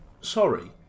Sorry